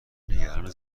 نگران